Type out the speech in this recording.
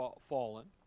fallen